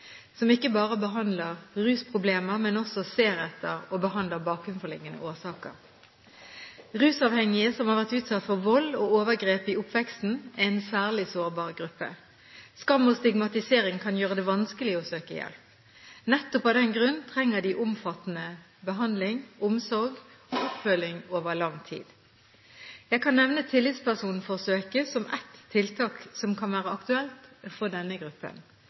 som ikke bare behandler rusproblemer, men som også ser etter og behandler bakenforliggende årsaker. Rusavhengige som har vært utsatt for vold og overgrep i oppveksten, er en særlig sårbar gruppe. Skam og stigmatisering kan gjøre det vanskelig å søke hjelp. Nettopp av den grunn trenger de omfattende behandling, omsorg og oppfølging over lang tid. Jeg kan nevne tillitspersonforsøket som ett tiltak som kan være aktuelt for denne gruppen.